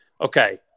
Okay